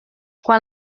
quan